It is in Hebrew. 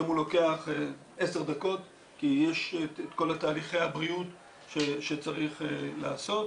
היום הוא לוקח עשר דקות כי יש את כל תהליכי הבריאות שצריך לעשות.